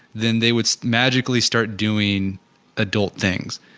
then they would magically start doing adult things.